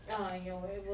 pakistan